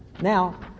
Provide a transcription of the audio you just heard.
Now